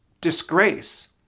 disgrace